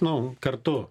nu kartu